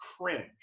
cringe